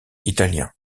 italien